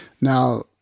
Now